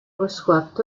reçoivent